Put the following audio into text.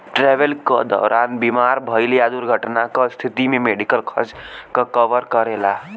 travel क दौरान बीमार भइले या दुर्घटना क स्थिति में मेडिकल खर्च क कवर करेला